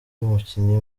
umukinnyi